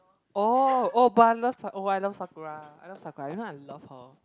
oh oh but I love Sa~ oh I love Sakura I love Sakura you know I love her